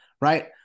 right